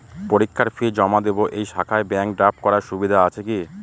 পরীক্ষার ফি জমা দিব এই শাখায় ব্যাংক ড্রাফট করার সুবিধা আছে কি?